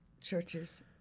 churches